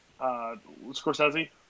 Scorsese